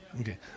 okay